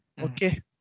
Okay